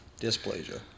dysplasia